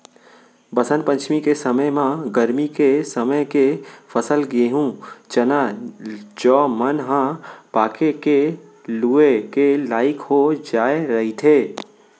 बसंत पंचमी के समे म गरमी के समे के फसल गहूँ, चना, जौ मन ह पाके के लूए के लइक हो जाए रहिथे